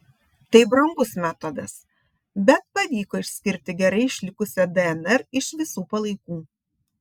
tai brangus metodas bet pavyko išskirti gerai išlikusią dnr iš visų palaikų